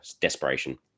desperation